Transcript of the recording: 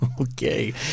Okay